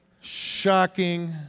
shocking